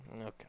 okay